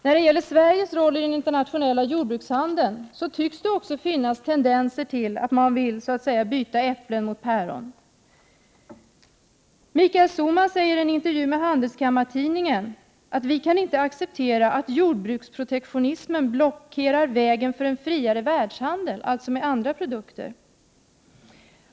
När det gäller Sveriges roll i den internationella jordbrukshandeln tycks det också finnas tendenser till att man så att säga vill byta äpplen mot päron. Michael Sohlman säger i en intervju i Handelskammartidningen att vi inte kan acceptera att jordbruksprotektionismen blockerar vägen för en friare världshandel — alltså med andra produkter.